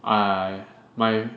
I my